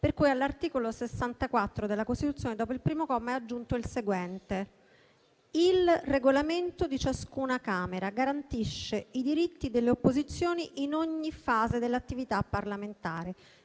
1. All'articolo 64 della Costituzione dopo il primo comma è aggiunto il seguente: "Il regolamento di ciascuna Camera garantisce i diritti delle opposizioni in ogni fase dell'attività parlamentare;